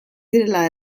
direla